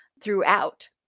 throughout